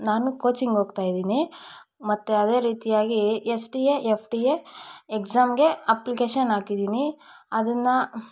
ನಾನು ಕೋಚಿಂಗ್ ಹೋಗ್ತಾಯಿದಿನಿ ಮತ್ತು ಅದೇ ರೀತಿಯಾಗಿ S D A F D A ಏಕ್ಸಾಮ್ಗೆ ಅಪ್ಲಿಕೇಶನ್ ಹಾಕಿದಿನಿ ಅದನ್ನಾ